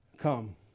come